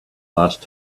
last